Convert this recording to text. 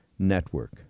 network